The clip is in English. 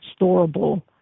storable